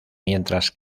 mientras